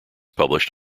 published